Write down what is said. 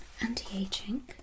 anti-aging